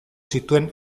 zituen